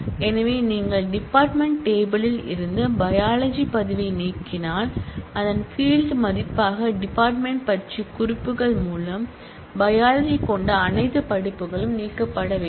எனவே நீங்கள் department table யில் இருந்து பையாலஜி பதிவை நீக்கினால் அதன் ஃபீல்ட் மதிப்பாக டிபார்ட்மென்ட் பற்றிய குறிப்புகள் மூலம் பையாலஜி கொண்ட அனைத்து படிப்புகளும் நீக்கப்பட வேண்டும்